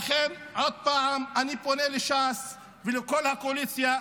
לכן עוד פעם אני פונה לש"ס ולכל הקואליציה: